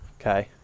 okay